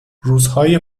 روزهای